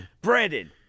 Brandon